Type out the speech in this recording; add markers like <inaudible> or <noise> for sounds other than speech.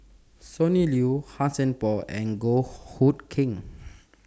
Sonny Liew Han Sai Por and Goh Hood Keng <noise>